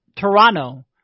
Toronto